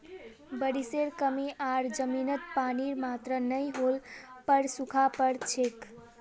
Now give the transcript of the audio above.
बारिशेर कमी आर जमीनत पानीर मात्रा नई होल पर सूखा पोर छेक